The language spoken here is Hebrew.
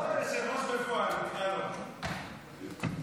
אדוני היושב-ראש.